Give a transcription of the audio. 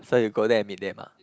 so you go there and meet them ah